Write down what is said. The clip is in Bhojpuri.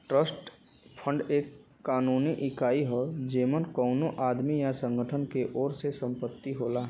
ट्रस्ट फंड एक कानूनी इकाई हौ जेमन कउनो आदमी या संगठन के ओर से संपत्ति होला